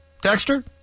Dexter